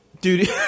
Dude